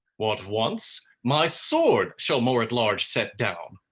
what wants, my sword shall more at large set down.